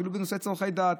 אפילו בנושא צורכי דת,